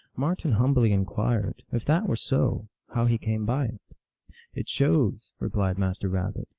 marten humbly inquired, if that were so, how he came by it. it shows, replied master rabbit,